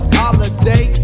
holiday